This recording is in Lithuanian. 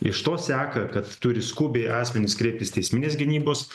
iš to seka kad turi skubiai asmenys kreiptis teisminės gynybos